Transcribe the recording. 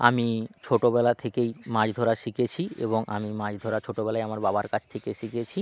আমি ছোটবেলা থেকেই মাছ ধরা শিখেছি এবং আমি মাছ ধরা ছোটবেলায় আমার বাবার কাছ থেকে শিখেছি